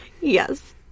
Yes